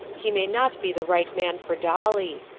he may not be the right man for dolly.